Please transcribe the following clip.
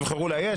יבחרו לאייש.